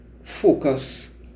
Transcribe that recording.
focus